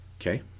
Okay